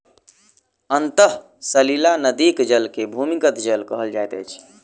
अंतः सलीला नदीक जल के भूमिगत जल कहल जाइत अछि